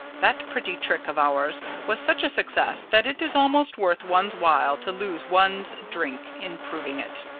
that pretty trick of ours was such a success that it is almost worth one's while to lose one's drink in proving it.